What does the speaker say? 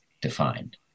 defined